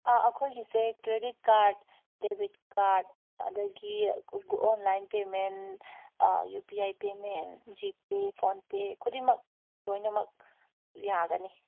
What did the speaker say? ꯑꯩꯈꯣꯏꯒꯤꯁꯦ credit card debit card ꯑꯗꯒꯤ online payment U P I payment G pay PhonePe ꯈꯨꯗꯤꯡꯃꯛ ꯂꯣꯏꯅꯃꯛ ꯌꯥꯒꯅꯤ